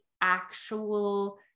actual